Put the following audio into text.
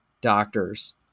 doctors